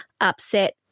upset